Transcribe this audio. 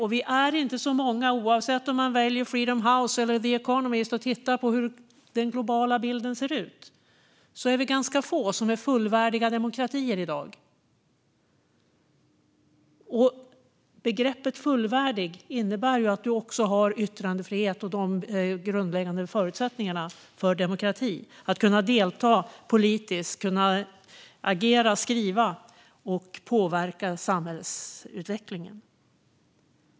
Det är inte så många länder, oavsett om man väljer att vända sig till Freedom House eller att läsa The Economist för att se den globala bilden, som är fullvärdiga demokratier i dag. Begreppet fullvärdig innebär att ha yttrandefrihet och grundläggande förutsättningar för demokrati, det vill säga att delta politiskt, skriva och påverka samhällsutvecklingen.